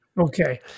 Okay